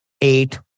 eight